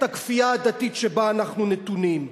את הכפייה הדתית שבה אנחנו נתונים,